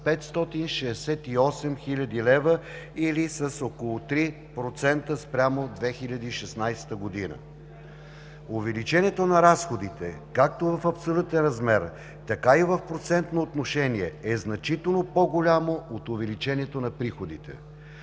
568 хил. лв., или с около 3% спрямо 2016 г. Увеличението на разходите както в абсолютен размер, така и в процентно отношение е значително по-голямо от увеличението на приходите.